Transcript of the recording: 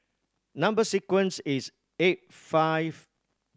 number sequence is eight five